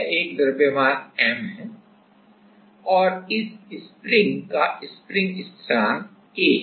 तो यह एक द्रव्यमान m है और इस स्प्रिंग का स्प्रिंग स्थिरांक k है